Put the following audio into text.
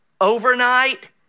overnight